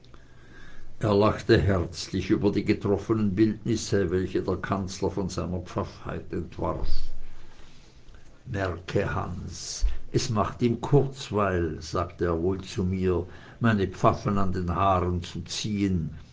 er lachte herzlich über die getroffenen bildnisse welche der kanzler von seiner pfaffheit entwarf merke hans es macht ihm kurzweil sagte er wohl zu mir meine pfaffen an den haaren zu ziehen